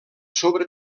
sobre